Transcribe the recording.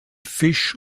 fisch